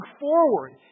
forward